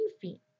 feet